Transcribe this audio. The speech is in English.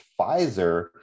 Pfizer